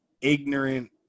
ignorant